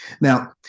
Now